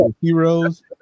Heroes